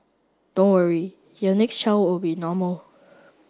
don't worry your next child will be normal